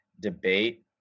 debate